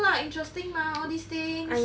just to know lah interesting mah all these things